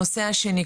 הנושא השני,